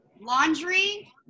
laundry